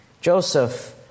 Joseph